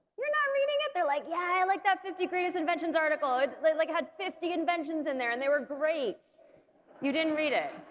you're no reading it! they're like yeah i like that fifty greatest inventions article it like like had fifty inventions in there and they were great you didn't read it